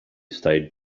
studied